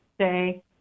say